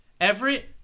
Everett